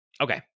Okay